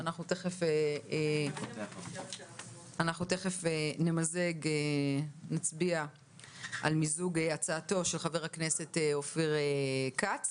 תיכף אנחנו נצביע על מיזוג הצעתו של חבר הכנסת אופיר כץ